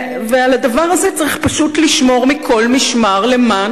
ועל הדבר הזה צריך פשוט לשמור מכל משמר למען